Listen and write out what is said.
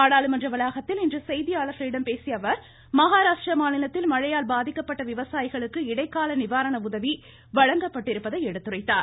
நாடாளுமன்ற வளாகத்தில் இன்று செய்தியாளர்களிடம் பேசிய அவர் மகாராஷ்ட்ர மாநிலத்தில் மழையால் பாதிக்கப்பட்ட விவசாயிகளுக்கு இடைக்கால நிவாரண உதவி வழங்கப்பட்டிருப்பதை எடுத்துரைத்தார்